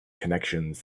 connections